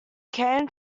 came